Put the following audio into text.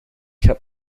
heb